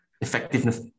effectiveness